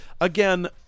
Again